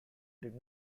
did